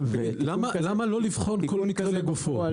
למה לא לבחון כל מקרה לגופו?